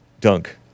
dunk